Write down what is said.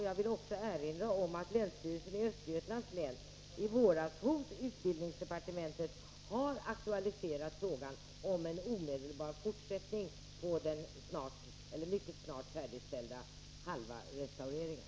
Jag vill också erinra om att länsstyrelsen i Östergötlands län i våras hos utbildningsdepartementet har aktualiserat frågan om en omedelbar fortsättning av den mycket snart färdigställda halva restaureringen.